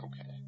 Okay